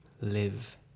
live